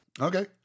Okay